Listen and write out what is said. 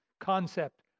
concept